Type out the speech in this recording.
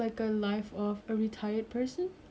they do whatever they wanna do use the money